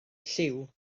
lliw